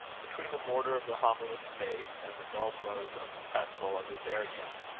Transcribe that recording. between the mortar of the homilist's faith, and the dull blows of the pestle of his arrogance,